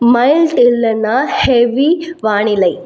mild இல்லைனா heavy வானிலை